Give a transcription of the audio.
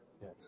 Yes